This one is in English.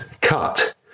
cut